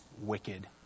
wicked